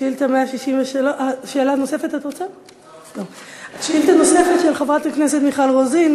שאילתה נוספת של חברת הכנסת מיכל רוזין,